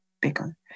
bigger